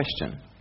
question